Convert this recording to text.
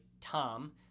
Tom